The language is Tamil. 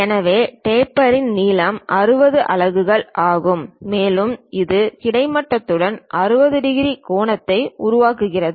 எனவே டேப்பரின் நீளம் 60 அலகுகள் ஆகும் மேலும் இது கிடைமட்டத்துடன் 60 டிகிரி கோணத்தை உருவாக்குகிறது